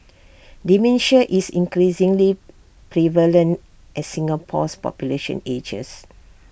dementia is increasingly prevalent as Singapore's population ages